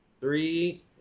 three